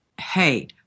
hey